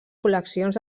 col·leccions